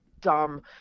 dumb